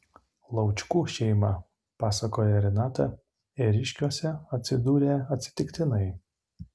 laučkų šeima pasakoja renata ėriškiuose atsidūrė atsitiktinai